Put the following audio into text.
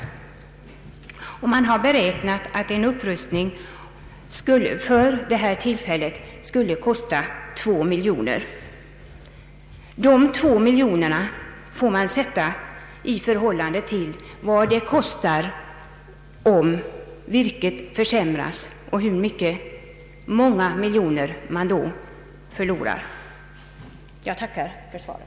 Man har beräknat att en upprustning för det här tillfället skulle kosta två miljoner kronor. De två miljonerna får då ses i förhållande till vad det kostar om virket försämras och hur många miljoner man då förlorar. Jag tackar än en gång för svaret.